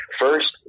First